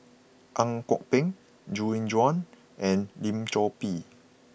Ang Kok Peng Gu Juan and Lim Chor Pee